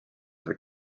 sai